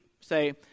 say